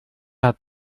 hat